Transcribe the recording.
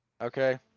Okay